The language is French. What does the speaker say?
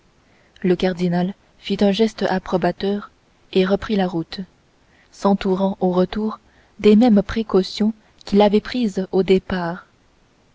le cardinal fit un geste approbateur et reprit la route s'entourant au retour des mêmes précautions qu'il avait prises au départ